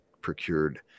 procured